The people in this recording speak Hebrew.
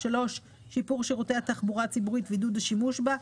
שיפור שירותי התחבורה הציבורית ועידוד השימוש בה.